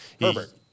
Herbert